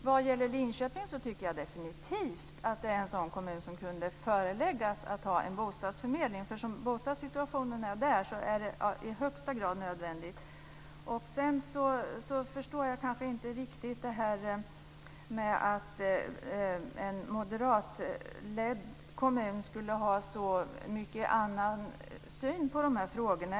Herr talman! Linköping är definitivt en kommun som jag tycker kunde föreläggas att ha en bostadsförmedling. Som situationen är där är det i högsta grad nödvändigt. Jag förstår kanske inte riktigt det här med att en moderatledd kommun skulle ha en så annorlunda syn på de här frågorna.